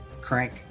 crank